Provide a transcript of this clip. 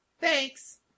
Thanks